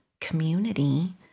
community